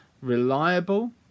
reliable